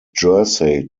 jersey